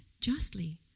justly